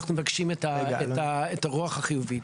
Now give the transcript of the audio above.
אנחנו מבקשים את הרוח החיובית.